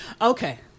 okay